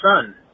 son